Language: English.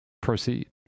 proceed